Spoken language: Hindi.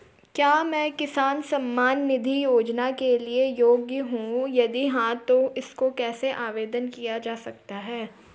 क्या मैं किसान सम्मान निधि योजना के लिए योग्य हूँ यदि हाँ तो इसको कैसे आवेदन किया जा सकता है?